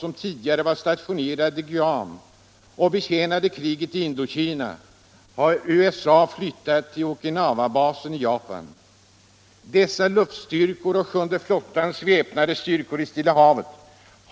som tidigare var stationerade på Guam och betjänade kriget i Indokina, har USA flyttat till Okinawabasen j Japan. Dessa luftstyrkor och sjunde flottans väpnade styrkor i Stilla havet